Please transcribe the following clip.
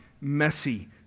messy